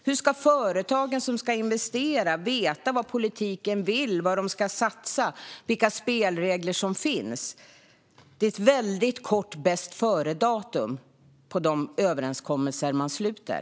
Hur ska företagen som ska investera veta vad politiken vill, vad de ska satsa på eller vilka spelregler som finns? Det är väldigt kort bästföredatum på de överenskommelser man sluter.